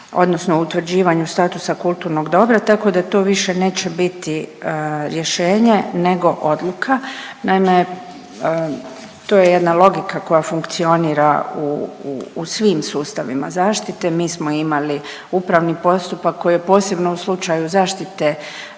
odnosno utvrđivanju statusa kulturnog dobra tako da to više neće biti rješenje nego odluka. Naime, to je jedna logika koja funkcionira u svim sustavima zaštite, mi smo imali upravni postupak koji je posebno u slučaju zaštite